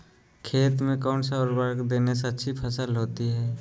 खेत में कौन सा उर्वरक देने से अच्छी फसल होती है?